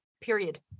Period